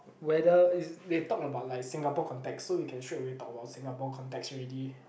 whether is they talk about like Singapore context so we can straight away talk about Singapore context already